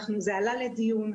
זה עלה לדיון,